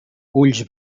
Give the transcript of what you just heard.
ulls